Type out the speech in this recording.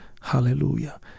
Hallelujah